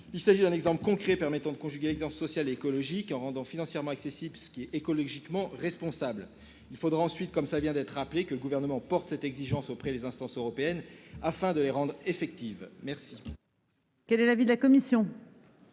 Il s'agit d'un exemple concret permettant de conjuguer exigences sociales et écologiques, en rendant financièrement accessible ce qui est écologiquement responsable. Il faudra ensuite, comme cela vient d'être rappelé, que le Gouvernement porte cette exigence auprès des instances européennes afin de les rendre effectives. Quel